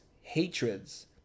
hatreds